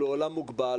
הוא לעולם מוגבל.